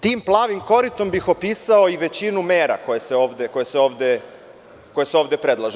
Tim plavim koritom bih opisao i većinu mera koje se ovde predlažu.